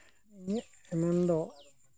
ᱢᱤᱫ ᱮᱱᱮᱢ ᱫᱚ